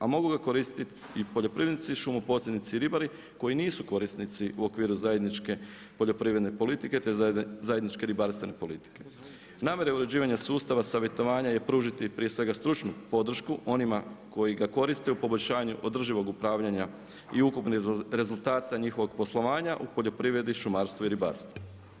A mogu ga koristiti i poljoprivrednici i šumoposrednici i ribari, koji nisu korisnici u okviru zajedničke poljoprivredne politike, te zajedničke ribarstvena politike. … sustava savjetovanja i pružiti prije svega stručnu podršku onima koji ga koriste u poboljšanju održivog upravljanja i ukupnog rezultata njihovog poslovanja u poljoprivredi, šumarstvu i ribarstvu.